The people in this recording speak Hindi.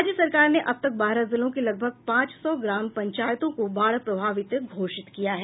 राज्य सरकार ने अब तक बारह जिलों की लगभग पांच सौ ग्राम पंचायतों को बाढ़ प्रभावित घोषित किया है